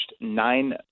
nine